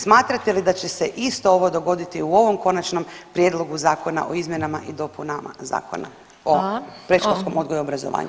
Smatrate li da će se isto ovo dogoditi u ovom istom Konačnom prijedlogu zakona o izmjenama i dopunama Zakona o predškolskom odgoju i obrazovanju?